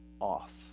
off